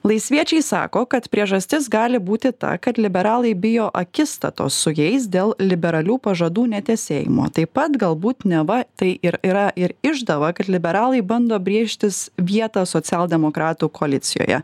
laisviečiai sako kad priežastis gali būti ta kad liberalai bijo akistatos su jais dėl liberalių pažadų netesėjimo taip pat galbūt neva tai ir yra ir išdava kad liberalai bando brėžtis vietą socialdemokratų koalicijoje